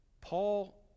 Paul